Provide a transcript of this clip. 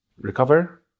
recover